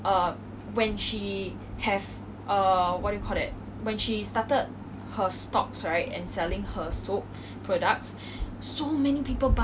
ya ya I know that because I think 有一次他有在联合早报出现 and 我在报纸有看过